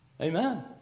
Amen